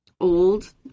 old